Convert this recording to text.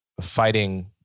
fighting